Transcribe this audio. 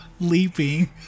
leaping